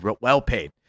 well-paid